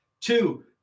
Two